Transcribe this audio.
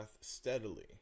steadily